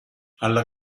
alla